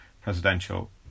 presidential